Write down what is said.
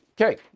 Okay